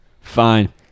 fine